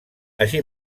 així